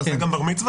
אתה עושה גם בר מצוות?